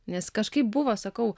nes kažkaip buvo sakau